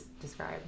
describe